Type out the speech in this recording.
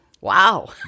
Wow